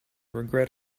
regret